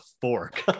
fork